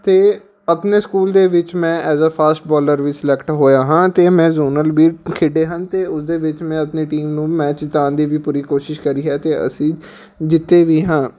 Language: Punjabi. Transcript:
ਅਤੇ ਆਪਣੇ ਸਕੂਲ ਦੇ ਵਿੱਚ ਮੈਂ ਐਸ ਆ ਫਾਸਟ ਬੋਲਰ ਵੀ ਸਲੈਕਟ ਹੋਇਆ ਹਾਂ ਅਤੇ ਮੈਂ ਜੋਨਲ ਵੀ ਖੇਡੇ ਹਨ ਅਤੇ ਉਸਦੇ ਵਿੱਚ ਮੈਂ ਆਪਣੀ ਟੀਮ ਨੂੰ ਮੈਚ ਜਿਤਾਉਣ ਦੀ ਵੀ ਪੂਰੀ ਕੋਸ਼ਿਸ਼ ਕਰੀ ਹੈ ਅਤੇ ਅਸੀਂ ਜਿੱਤੇ ਵੀ ਹਾਂ